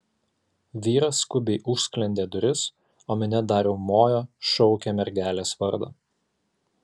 vyras skubiai užsklendė duris o minia dar riaumojo šaukė mergelės vardą